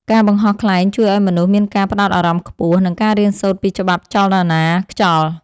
ការបង្ហោះខ្លែងជួយឱ្យមនុស្សមានការផ្ដោតអារម្មណ៍ខ្ពស់ និងការរៀនសូត្រពីច្បាប់ចលនាខ្យល់។